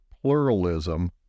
pluralism